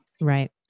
Right